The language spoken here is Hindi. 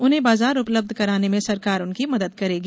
उन्हें बाजार उपलब्ध कराने में सरकार उनकी मदद करेगी